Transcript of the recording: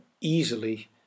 easily